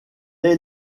est